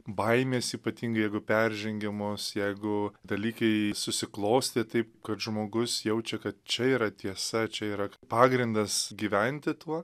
baimės ypatingai jeigu peržengiamos jeigu dalykai susiklostė taip kad žmogus jaučia kad čia yra tiesa čia yra pagrindas gyventi tuo